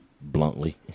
bluntly